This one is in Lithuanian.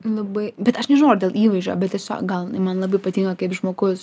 labai bet aš nežinau ar dėl įvaizdžio bet tiesiog gal jinai man labiau patinka kaip žmogus